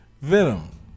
venom